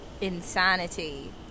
Insanity